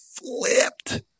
flipped